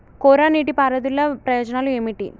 కోరా నీటి పారుదల ప్రయోజనాలు ఏమిటి?